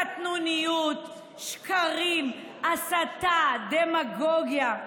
קטנוניות, שקרים, הסתה, דמגוגיה.